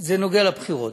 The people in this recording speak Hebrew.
זה נוגע לבחירות.